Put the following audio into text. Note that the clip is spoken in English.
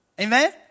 Amen